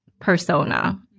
persona